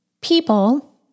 people